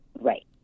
Right